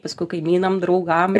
paskui kaimynam draugam